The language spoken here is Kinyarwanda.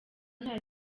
nta